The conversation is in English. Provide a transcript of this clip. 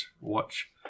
watch